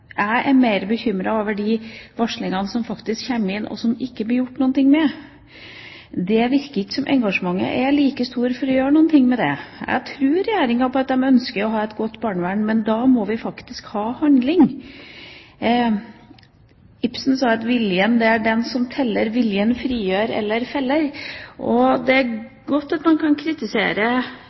jeg er mer bekymret over de varslingene som faktisk kommer inn, og som det ikke blir gjort noe med. Det virker ikke som om engasjementet er like stort for å gjøre noe med det. Jeg tror Regjeringa på at de ønsker å ha et godt barnevern, men da må vi faktisk ha handling. Ibsen sa: Viljen er den som teller, viljen frigjør eller feller. Det er godt at man kan kritisere